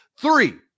three